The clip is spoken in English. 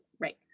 Right